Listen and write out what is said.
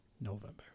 November